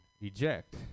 eject